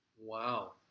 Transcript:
Wow